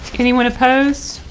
anyone opposed?